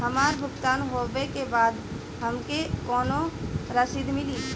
हमार भुगतान होबे के बाद हमके कौनो रसीद मिली?